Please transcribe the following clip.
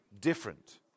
Different